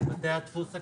גם בתי הדפוס הקטנים.